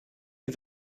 die